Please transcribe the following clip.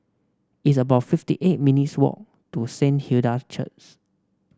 it's about fifty eight minutes' walk to Saint Hilda's Church